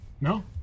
No